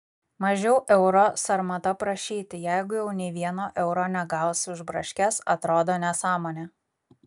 mažiau euro sarmata prašyti jeigu jau nei vieno euro negausi už braškes atrodo nesąmonė